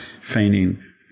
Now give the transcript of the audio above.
feigning